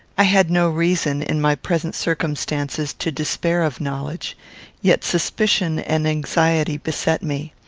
i had no reason, in my present circumstances, to despair of knowledge yet suspicion and anxiety beset me.